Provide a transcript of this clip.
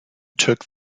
took